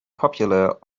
popular